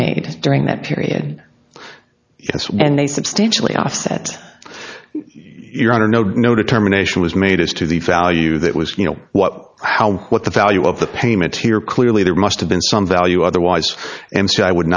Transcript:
made during that period and they substantially offset your honor no did no determination was made as to the value that was you know what how what the value of the payment here clearly there must have been some value otherwise and so i would